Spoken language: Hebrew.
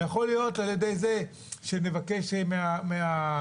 זה יכול להיות על-ידי זה שנבקש מהגופים